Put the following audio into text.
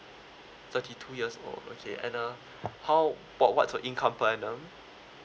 thirty two years old okay and uh how what what's your income per annum